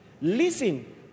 Listen